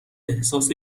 احساس